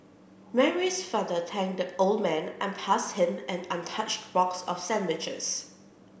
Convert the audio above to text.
Mary's father thanked the old man and passed him an untouched box of sandwiches